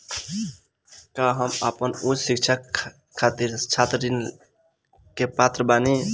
का हम आपन उच्च शिक्षा के खातिर छात्र ऋण के पात्र बानी?